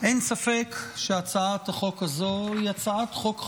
אין ספק שהצעת החוק הזו היא הצעת חוק חשובה,